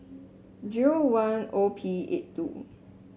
zero one O P eight two